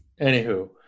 Anywho